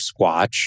Squatch